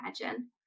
imagine